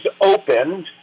opened